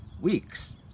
Weeks